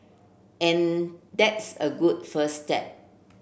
and that's a good first step